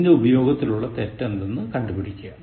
ഇതിൻറെ ഉപയോഗത്തിലുള്ള തെറ്റു ഏതെന്നു കണ്ടുപിടിക്കുക